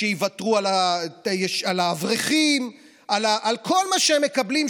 שיוותרו על האברכים ועל כל מה שהם שמקבלים,